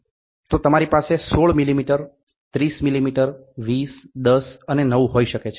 તો તમારી પાસે ૧૬ મીલીમીટર 30 મીલીમીટર 20 10 અને 9 હોઈ શકે છે